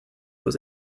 was